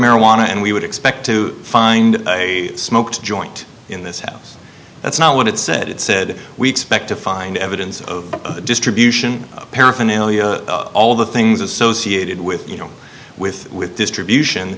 marijuana and we would expect to find a smoked a joint in this house that's not what it said it said we expect to find evidence of the distribution paraphernalia all the things associated with you know with with